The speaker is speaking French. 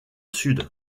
sud